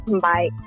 Bye